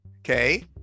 okay